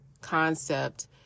concept